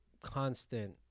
constant